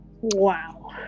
Wow